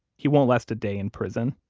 he won't last a day in prison.